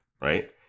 right